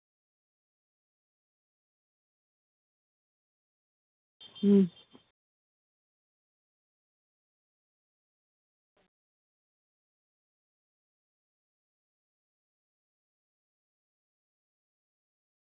ᱦᱩᱸ